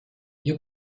you